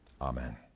Amen